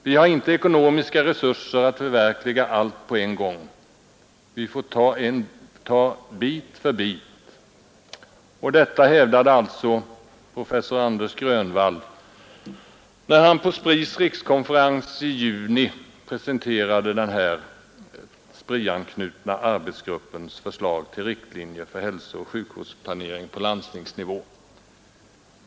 Vi har inte ekonomiska resurser att förverkliga allt på en gång, vi får ta bit för bit.” Detta hävdade professor Anders Grönwall när han på SPRI:s rikskonferens i juni presenterade den SPRI-anslutna arbetsgruppens förslag till riktlinjer för hälsooch sjukvårdsplanering på landstingsnivå.